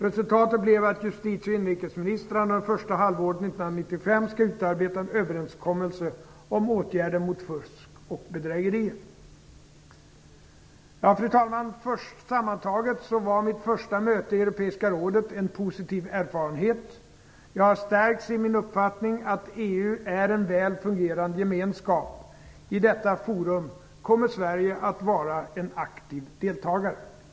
Resultatet blev att justitie och inrikesministrarna första halvåret 1995 skall utarbeta en överenskommelse om åtgärder mot fusk och bedrägerier. Fru talman! Sammantaget var mitt första möte i Europeiska rådet en positiv erfarenhet. Jag har stärkts i min uppfattning att EU är en väl fungerande gemenskap. I detta forum kommer Sverige att vara en aktiv deltagare.